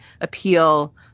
appeal